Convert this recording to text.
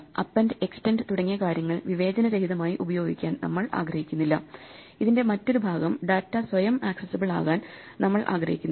append extend തുടങ്ങിയ കാര്യങ്ങൾ വിവേചനരഹിതമായി ഉപയോഗിക്കാൻ നമ്മൾ ആഗ്രഹിക്കുന്നില്ല ഇതിന്റെ മറ്റൊരു ഭാഗം ഡാറ്റ സ്വയം ആക്സസബിൾ അകാൻ നമ്മൾ ആഗ്രഹിക്കുന്നില്ല